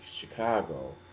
Chicago